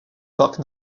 parc